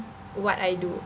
what I do